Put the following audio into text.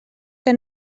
que